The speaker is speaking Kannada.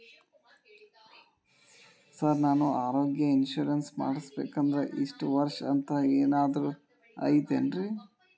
ಸರ್ ನಾನು ಆರೋಗ್ಯ ಇನ್ಶೂರೆನ್ಸ್ ಮಾಡಿಸ್ಬೇಕಂದ್ರೆ ಇಷ್ಟ ವರ್ಷ ಅಂಥ ಏನಾದ್ರು ಐತೇನ್ರೇ?